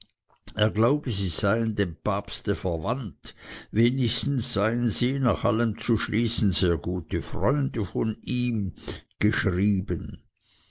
glaube sie seien dem papste verwandt wenigstens seien sie nach allem zu schließen sehr gute freunde von ihm geschrieben